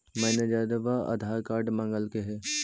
मैनेजरवा आधार कार्ड मगलके हे?